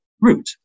route